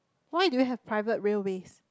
why do you have private railways